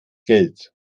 geld